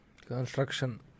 Construction